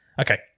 Okay